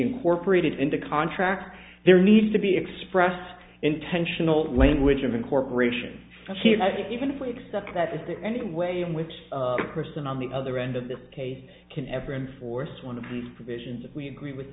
incorporated into contracts there needs to be expressed intentional language of incorporation here even if we accept that is there any way in which the person on the other end of the case can ever enforce one of these provisions and we agree with